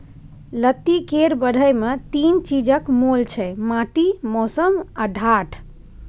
लत्ती केर बढ़य मे तीन चीजक मोल छै माटि, मौसम आ ढाठ